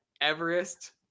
Everest